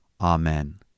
Amen